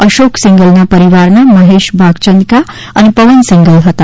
અશોક સિંઘલના પરિવારના મહેશ ભાગચંદ્કા અને પવન સિંઘલ હતા